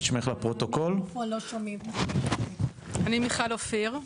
אני מיכל אופיר,